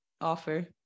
offer